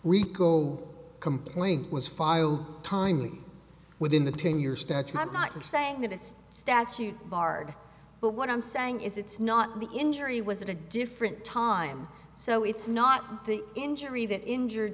rico complaint was filed timely within the ten year statute i'm not saying that it's statute barred but what i'm saying is it's not the injury was it a different time so it's not the injury that injured